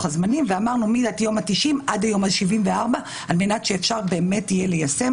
ואמרנו שמהיום ה-90 עד היום ה-74 אפשר יהיה לשנות כדי שאפשר יהיה ליישם.